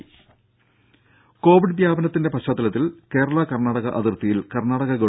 ദേദ കോവിഡ് വ്യാപനത്തിന്റെ പശ്ചാത്തലത്തിൽ കേരളാ കർണാടക അതിർത്തിയിൽ കർണാടക ഗവ